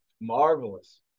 Marvelous